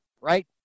right